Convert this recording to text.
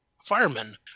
firemen